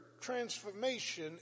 transformation